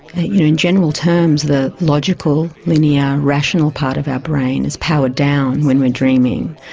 you know in general terms the logical, linear, rational part of our brain is powered down when we're dreaming,